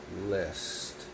list